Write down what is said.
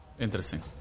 Interesting